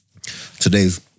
Today's